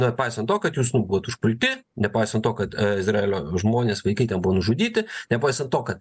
nepaisant to kad jūs buvot užpulti nepaisant to kad izraelio žmonės vaikai ten buvo nužudyti nepaisant to kad